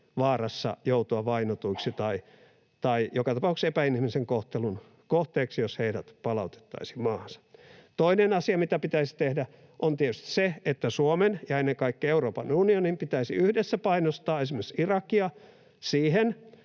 vaarassa joutua vainotuiksi tai joka tapauksessa epäinhimillisen kohtelun kohteeksi, jos heidät palautettaisiin maahansa. Toinen asia, mitä pitäisi tehdä, on tietysti se, että Suomen ja ennen kaikkea Euroopan unionin pitäisi yhdessä painostaa esimerkiksi Irakia siihen,